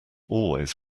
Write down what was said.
always